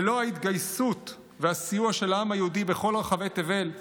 ללא ההתגייסות והסיוע של העם היהודי בכל רחבי תבל,